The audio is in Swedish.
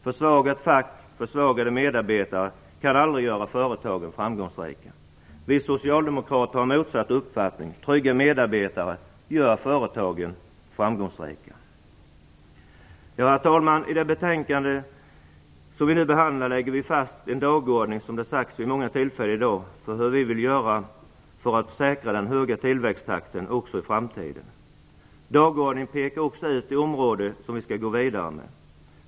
Försvagat fack - försvagade medarbetare - kan aldrig göra företagen framgångsrika. Vi socialdemokrater har motsatt uppfattning. Trygga medarbetare gör företagen framgångsrika. Herr talman! I det betänkande som vi nu behandlar lägger vi fast en dagordning, som det sagts vid många tillfällen i dag, för hur vi vill göra för att säkra den höga tillväxttakten också i framtiden. Dagordningen pekar också ut de områden som vi skall gå vidare med.